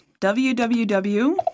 WWW